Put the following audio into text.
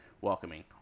welcoming